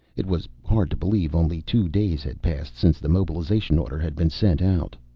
it was hard to believe only two days had passed since the mobilization order had been sent out.